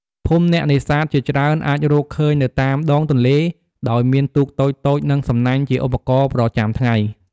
ភូមិអ្នកនេសាទជាច្រើនអាចរកឃើញនៅតាមដងទន្លេ ដោយមានទូកតូចៗ និងសំណាញ់ជាឧបករណ៍ប្រចាំថ្ងៃ។